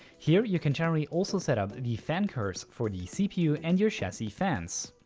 here you can generally also set up the fan curves for the cpu and your chassis fans.